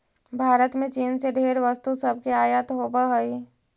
भारत में चीन से ढेर वस्तु सब के आयात होब हई